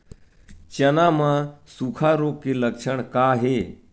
चना म सुखा रोग के लक्षण का हे?